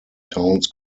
towns